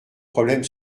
problème